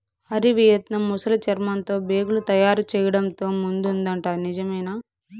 Hari, Vietnam ముసలి చర్మంతో బేగులు తయారు చేయడంతో ముందుందట నిజమేనా